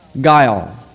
guile